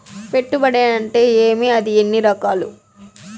పెట్టుబడి అంటే ఏమి అది ఎన్ని రకాలు